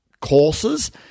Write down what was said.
courses